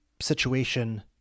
situation